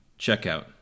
Checkout